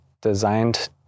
designed